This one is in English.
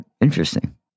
interesting